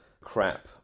crap